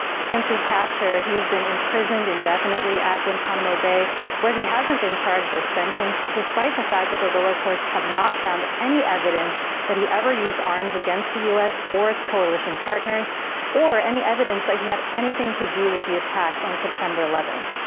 since his capture, he has been imprisoned indefinitely at guantanamo gay where he hasn't been charged or sentenced despite the fact that the lower courts have not found any evidence that he ever used arms against the us or it's coalition partners or any evidence that he had anything to do with the attacks on september eleventh.